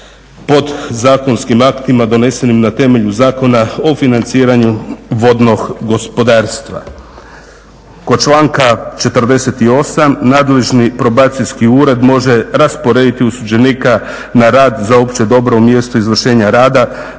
podzakonskim aktima donesenim na temelju Zakona o financiranju vodnog gospodarstva. Kod članka 48. nadležni Probacijski ured može rasporediti osuđenika na rad za opće dobro u mjestu izvršenja rada